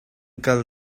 kal